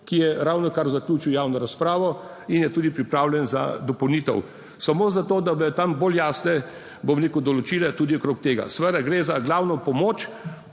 ki je ravnokar zaključil javno razpravo in je tudi pripravljen za dopolnitev, samo za to, da bodo tam bolj jasne, bom rekel določila tudi okrog tega. Seveda gre za glavno pomoč